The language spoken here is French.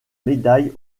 médailles